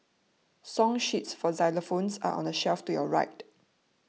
song sheets for xylophones are on the shelf to your right